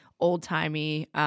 old-timey